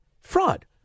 fraud